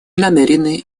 намерены